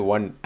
One